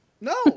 No